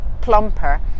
plumper